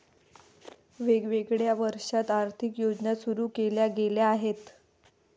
वेगवेगळ्या वर्षांत आर्थिक योजना सुरू केल्या गेल्या आहेत